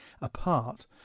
apart